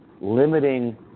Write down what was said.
limiting